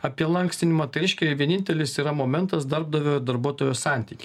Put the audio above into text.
apie lankstinimą tai reiškia vienintelis yra momentas darbdavio darbuotojo santykiai